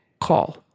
call